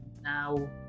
now